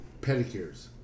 Pedicures